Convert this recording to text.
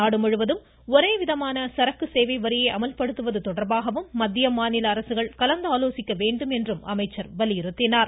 நாடு முழுவதும் ஒரே விதமான சரக்கு சேவை வரியை அமல்படுத்துவது தொடர்பாகவும் மத்திய மாநில அரசுகள் கலந்து ஆலோசிக்க வேண்டும் என்று அமைச்சர் வலியுறுத்தினார்